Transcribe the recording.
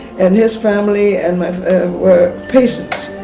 and his family and were patients.